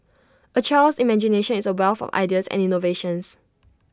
A child's imagination is A wealth of ideas and innovations